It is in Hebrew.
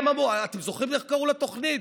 אתם זוכרים איך קראו לתוכנית?